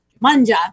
Manja